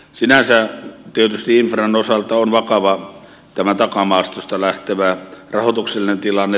sinänsä tietysti infran osalta on vakava tämä takamaastosta lähtevä rahoituksellinen tilanne